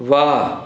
वाह